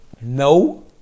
No